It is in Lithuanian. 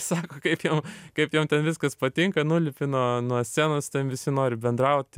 sako kaip jom kaip jom ten viskas patinka nulipi nuo nuo scenos su tavim visi nori bendrauti